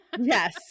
Yes